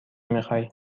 میخوای